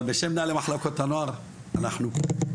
אבל בשם מנהלי מחלקות הנוער, אנחנו פה.